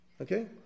Okay